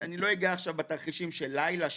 אני לא אגע עכשיו בתרחישים של לילה,